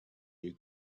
you